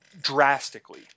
drastically